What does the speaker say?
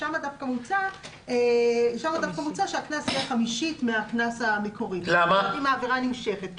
שם דווקא מוצע שהקנס יהיה חמישית מן הקנס המקורי אם העבירה נמשכת.